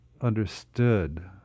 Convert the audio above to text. understood